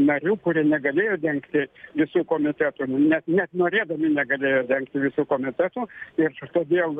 narių kurie negalėjo dengti visų komitetų nu ne net norėdami negalėjo dengti visų komitetų ir todėl